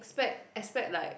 spec~ expect like